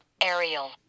Ariel